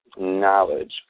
knowledge